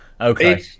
Okay